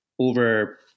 Over